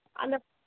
அந்த